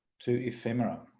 to ephemera.